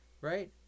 right